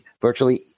virtually